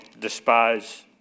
despise